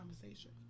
conversation